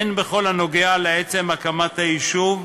הן בכל הנוגע לעצם הקמת היישוב,